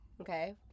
okay